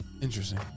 Interesting